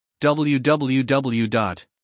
WWW